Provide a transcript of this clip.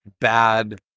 bad